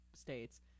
states